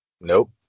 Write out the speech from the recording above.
Nope